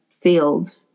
field